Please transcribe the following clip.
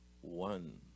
one